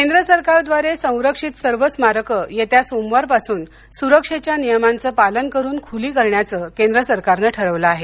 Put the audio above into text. केंद्र सरकारद्वारे संरक्षित सर्व स्मारकं येत्या सोमवारपासून सुरक्षेच्या नियमांच पालन करुन खुली करण्याचं केंद्र सरकारनं ठरवलं आहे